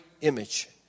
image